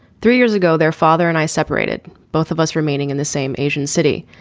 three years ago their father and i separated both of us remaining in the same asian city.